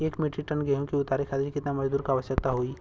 एक metric ton गेहूँ के उतारे खातीर कितना मजदूर क आवश्यकता होई?